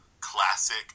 classic